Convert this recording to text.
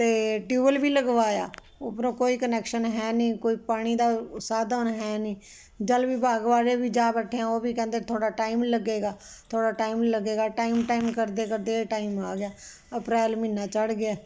ਅਤੇ ਟਿਊਬਲ ਵੀ ਲਗਵਾਇਆ ਉਪਰੋਂ ਕੋਈ ਕੁਨੈਕਸ਼ਨ ਹੈ ਨਹੀਂ ਕੋਈ ਪਾਣੀ ਦਾ ਸਾਧਨ ਹੈ ਨਹੀਂ ਜਲ ਵਿਭਾਗ ਵਾਲੇ ਵੀ ਜਾ ਬੈਠੇ ਆ ਉਹ ਵੀ ਕਹਿੰਦੇ ਥੋੜ੍ਹਾ ਟਾਈਮ ਲੱਗੇਗਾ ਥੋੜ੍ਹਾ ਟਾਈਮ ਲੱਗੇਗਾ ਟਾਈਮ ਟਾਈਮ ਕਰਦੇ ਕਰਦੇ ਟਾਈਮ ਆ ਗਿਆ ਅਪ੍ਰੈਲ ਮਹੀਨਾ ਚੜ੍ਹ ਗਿਆ